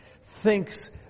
thinks